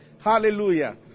Hallelujah